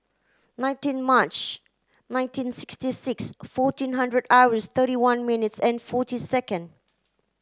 nineteen March nineteen sixty six fourteen hundred hours thirty one minutes and forty second